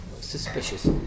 suspicious